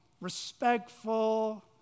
respectful